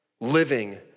Living